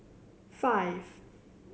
five